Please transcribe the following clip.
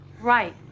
Right